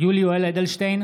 יולי יואל אדלשטיין,